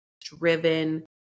driven